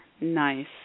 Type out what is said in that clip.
Nice